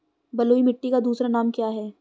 बलुई मिट्टी का दूसरा नाम क्या है?